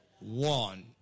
One